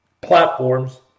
platforms